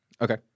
Okay